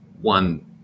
one